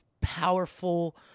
powerful